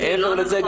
מעבר לזה,